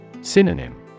Synonym